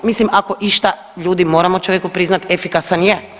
Mislim, ako išta, ljudi, moramo čovjeku priznati, efikasan je.